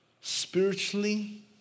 Spiritually